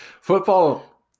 football